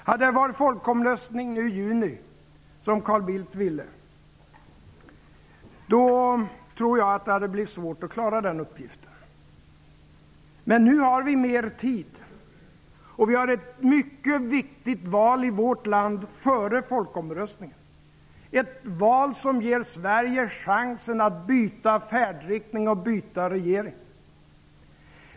Hade det varit folkomröstning nu i juni, som Carl Bildt ville, tror jag att det hade blivit svårt att klara den uppgiften. Men nu har vi mer tid. Och vi har ett mycket viktigt val i vårt land före folkomröstningen. Ett val som ger Sverige chansen att byta färdriktning och regering.